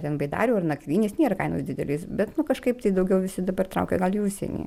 ten baidarių ar nakvynės nėra kainos didelės bet nu kažkaip tai daugiau visi dabar traukia gal į užsienį